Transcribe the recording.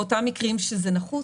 באותם מקרים שזה נחוץ,